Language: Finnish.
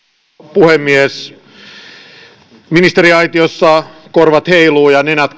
puhemies ministeriaitiossa korvat heiluvat ja nenät